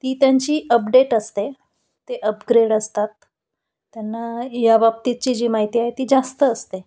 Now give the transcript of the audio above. ती त्यांची अपडेट असते ते अपग्रेड असतात त्यांना याबाबतीतची जी माहिती आहे ती जास्त असते